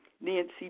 Nancy